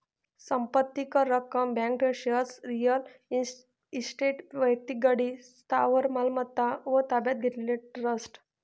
संपत्ती कर, रक्कम, बँक ठेव, शेअर्स, रिअल इस्टेट, वैक्तिक गाडी, स्थावर मालमत्ता व ताब्यात घेतलेले ट्रस्ट